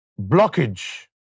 blockage